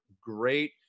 great